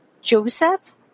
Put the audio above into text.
Joseph